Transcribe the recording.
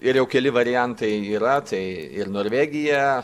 ir jau keli variantai yra tai ir norvegija